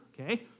okay